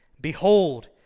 Behold